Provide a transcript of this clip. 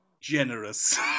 generous